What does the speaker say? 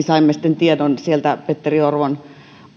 saimme tiedon petteri orvon